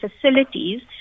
facilities